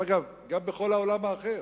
אגב, גם בכל העולם האחר,